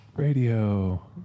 Radio